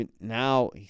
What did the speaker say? now